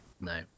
No